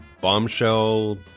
bombshell